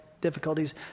difficulties